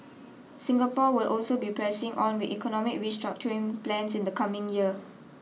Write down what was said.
Singapore will also be pressing on with economic restructuring plans in the coming year